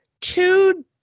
two